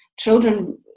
Children